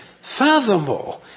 Furthermore